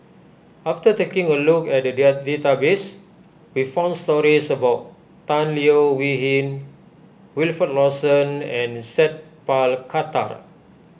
after taking a look at the dear database we found stories about Tan Leo Wee Hin Wilfed Lawson and Sat Pal Khattar